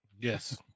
yes